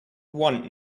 want